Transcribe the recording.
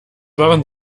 waren